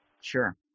sure